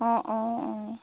অঁ অঁ অঁ